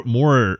more